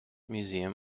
museum